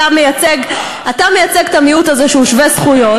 אתה מייצג את המיעוט הזה, שהוא שווה זכויות,